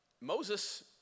Moses